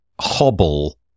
hobble